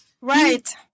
Right